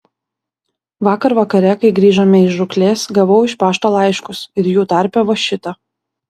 vakar vakare kai grįžome iš žūklės gavau iš pašto laiškus ir jų tarpe va šitą